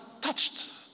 touched